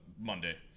Monday